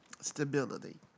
stability